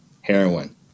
heroin